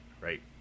right